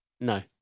no